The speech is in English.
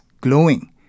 glowing